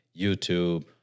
YouTube